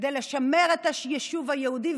כדי לשמר את היישוב היהודי,